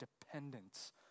dependence